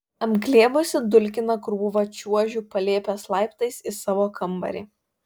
apglėbusi dulkiną krūvą čiuožiu palėpės laiptais į savo kambarį